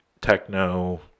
techno